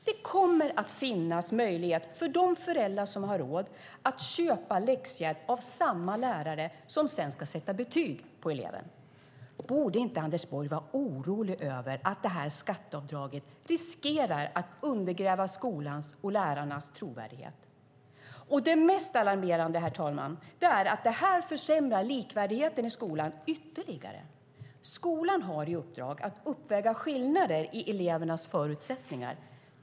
Det kommer att finnas möjlighet, för de föräldrar som har råd, att köpa läxhjälp av samma lärare som sedan ska sätta betyg på eleven. Borde inte Anders Borg vara orolig över att detta skatteavdrag riskerar att undergräva skolans och lärarnas trovärdighet? Det mest alarmerande, herr talman, är att det här försämrar likvärdigheten i skolan ytterligare. Skolan har i uppdrag att uppväga skillnader i elevernas förutsättningar.